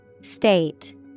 State